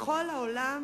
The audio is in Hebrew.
בכל העולם